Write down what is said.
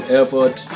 effort